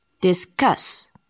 Discuss